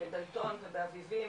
בדלתון ובאביבים.